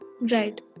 Right